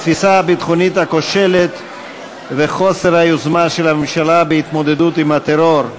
התפיסה הביטחונית הכושלת וחוסר היוזמה של הממשלה בהתמודדות עם הטרור,